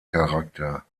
charakter